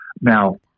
Now